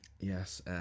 yes